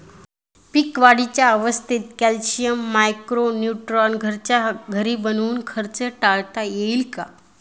पीक वाढीच्या अवस्थेत calcium, micro neutron घरच्या घरी बनवून खर्च टाळता येईल का?